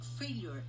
failure